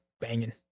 banging